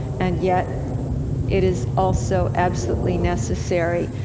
and yet it is also absolutely necessary.